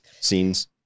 scenes